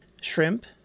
shrimp